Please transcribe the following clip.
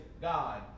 God